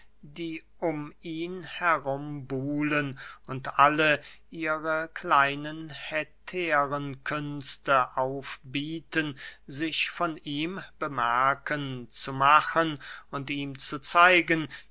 die um ihn herumbuhlen und allen ihren kleinen hetärenkünsten aufbieten sich von ihm bemerkt zu machen und ihm zu zeigen